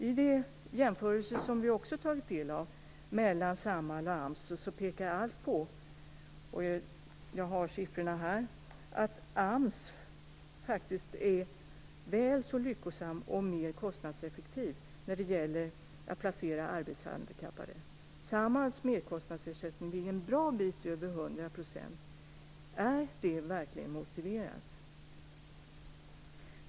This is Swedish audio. I de jämförelser som vi också tagit del av mellan Samhall och AMS pekar allt på - och jag har siffrorna här - att AMS faktiskt är väl så lyckosam om mer kostnadseffektiv när det gäller att placera arbetshandikappade. Samhalls merkostnadsersättning ligger en bra bit över 100 %. Är det verkligen motiverat?